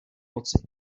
moci